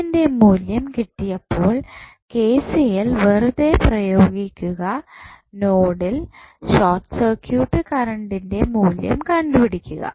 ന്റെ മൂല്യം കിട്ടിയപ്പോൾ KCL വെറുതെ പ്രയോഗിക്കുക നോഡിൽ ഷോർട്ട് സർക്യൂട്ട് കറണ്ടിന്റെ മൂല്യം കണ്ടുപിടിക്കുക